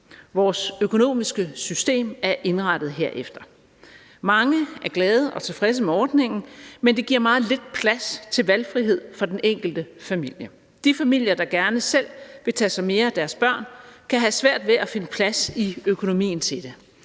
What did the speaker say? Vores økonomiske system er indrettet herefter. Mange er glade for og tilfredse med ordningen, men det giver meget lidt plads til valgfrihed for den enkelte familie. De familier, der gerne selv vil tage sig mere af deres børn, kan have svært ved at finde plads i økonomien til det,